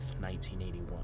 1981